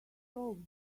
solve